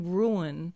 ruin